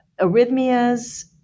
arrhythmias